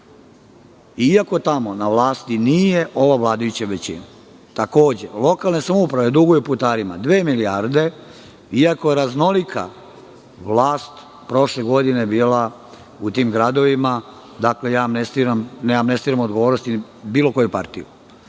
iako tamo na vlasti nije ova vladajuća većina. Takođe, lokalne samouprave duguju putarima dve milijarde, iako je raznolika vlast prošle godine bila u tim gradovima. Dakle, ne amnestiram odgovornosti bilo koju partiju.